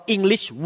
English